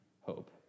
hope